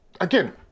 again